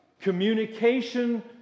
communication